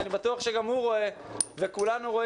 אותו חזון שכולנו רואים ואני בטוח שגם הוא וגם אותה